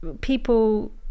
people